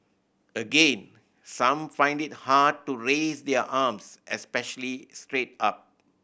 again some find it hard to raise their arms especially straight up